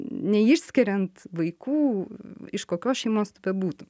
neišskiriant vaikų iš kokios šeimos tu bebūtum